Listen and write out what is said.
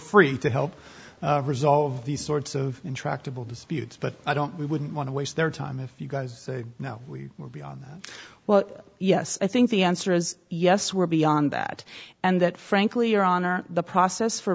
free to help resolve these sorts of intractable disputes but i don't we wouldn't want to waste their time if you guys know we were well yes i think the answer is yes we're beyond that and that frankly your honor the process for